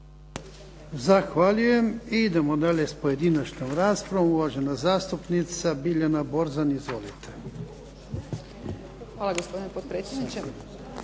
Zahvaljujem. I idemo dalje s pojedinačnom raspravom. Uvažena zastupnica Biljana Borzan. Izvolite. **Borzan, Biljana